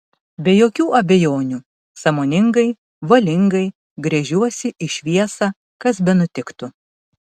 be jokių abejonių sąmoningai valingai gręžiuosi į šviesą kas benutiktų